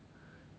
!huh!